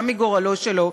גם מגורלו שלו,